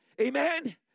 Amen